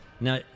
Now